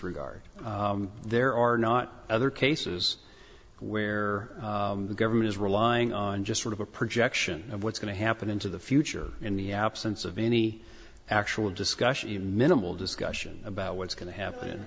regard there are not other cases where the government is relying on just sort of a projection of what's going to happen into the future in the absence of any actual discussion even minimal discussion about what's going to happen